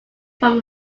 from